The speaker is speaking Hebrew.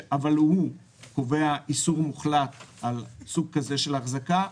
אבל הוא קובע איסור מוחלט על סוג כזה של החזקה,